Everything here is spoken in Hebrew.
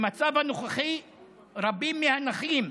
במצב הנוכחי רבים מהנכים,